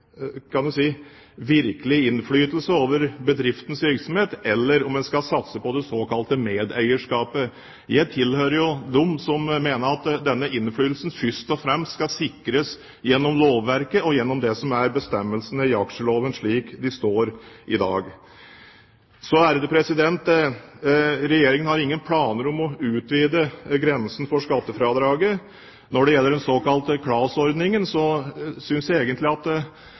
såkalte medeierskapet. Jeg tilhører dem som mener at denne innflytelsen først og fremst skal sikres gjennom lovverket og gjennom bestemmelsene i aksjeloven slik de står i dag. Regjeringen har ingen planer om å utvide grensen for skattefradraget. Når det gjelder den såkalte KLAS-ordningen, synes jeg egentlig at det